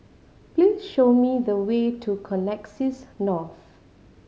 please show me the way to Connexis North